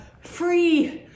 free